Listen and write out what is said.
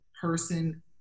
person